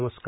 नमस्कार